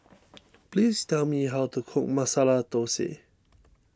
please tell me how to cook Masala Thosai